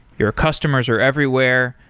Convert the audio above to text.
your customers are everywhere.